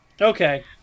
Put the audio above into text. Okay